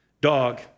dog